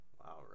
wow